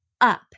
up